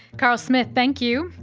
carl smith, thank you.